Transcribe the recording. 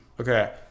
Okay